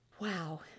Wow